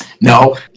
No